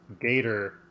Gator